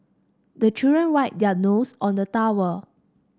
the children wipe their nose on the towel